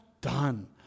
done